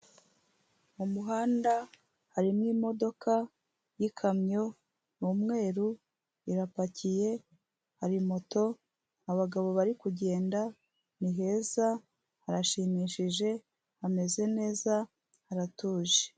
Mu muhanda harimo imodoka y'ikamyo, ni umweru, irapakiye, hari moto, abagabo bari kugenda, ni heza, harashimishije, hameze neza, haratuje.